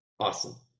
awesome